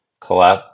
collapse